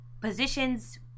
positions